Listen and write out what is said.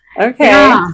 Okay